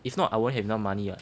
if not I won't have no money ah